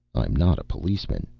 i'm not a policeman,